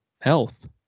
health